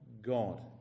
God